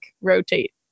rotate